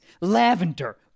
Lavender